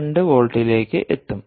2 വോൾട്ടിലേക്ക് എത്തും